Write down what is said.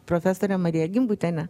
profesorę mariją gimbutienę